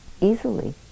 easily